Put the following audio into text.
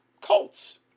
cults